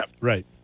Right